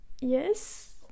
yes